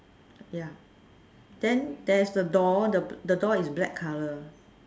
ya then there's a door the door is black colour